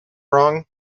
wrong